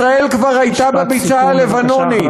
ישראל כבר הייתה בביצה הלבנונית.